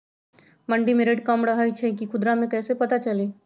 मंडी मे रेट कम रही छई कि खुदरा मे कैसे पता चली?